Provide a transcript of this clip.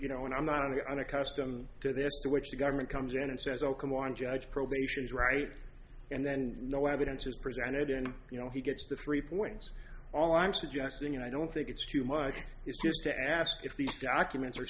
you know and i'm not unaccustomed to this to which the government comes in and says oh come on judge probation is right and then no evidence is presented in you know he gets the three points all i'm suggesting and i don't think it's too much to ask if these documents are